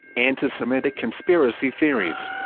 antisemitic conspiracy theories